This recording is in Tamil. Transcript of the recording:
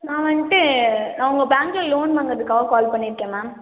நான் வந்துட்டு நான் உங்கள் பேங்க்கில் லோன் வாங்குறதுக்காக கால் பண்ணி இருக்கேன் மேம்